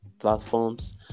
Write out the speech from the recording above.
platforms